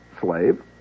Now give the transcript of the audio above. slave